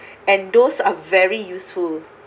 and those are very useful